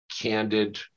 candid